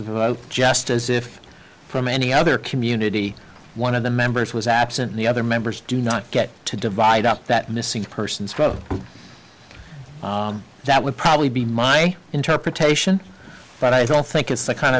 of out just as if from any other community one of the members was absent the other members do not get to divide up that missing person's vote that would probably be my interpretation but i don't think it's a kind